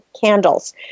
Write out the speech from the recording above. candles